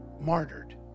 martyred